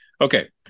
Okay